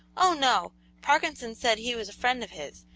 oh, no parkinson said he was a friend of his,